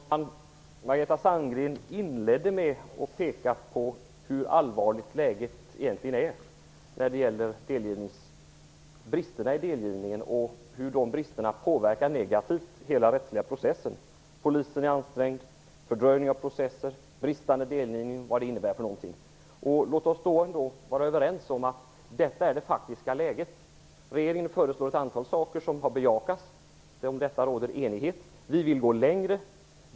Herr talman! Margareta Sandgren inledde med att peka på hur allarligt läget är när det gäller bristerna i delgivningen och hur de bristerna negativt påverkar hela den rättsliga processen. Polisen är ansträngd och processer fördröjs. Låt oss vara överens om att det är det faktiska läget. Regeringen har kommit med förslag som har bejakats. Om detta råder enighet. Vi vill gå längre.